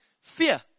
fear